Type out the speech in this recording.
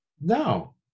No